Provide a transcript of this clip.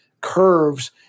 curves